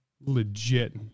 Legit